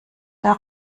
der